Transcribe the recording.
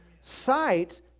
Sight